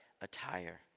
attire